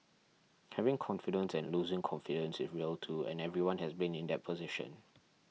having confidence and losing confidence is real too and everyone has been in that position